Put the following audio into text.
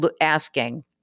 asking